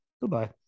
Goodbye